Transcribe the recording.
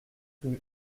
rue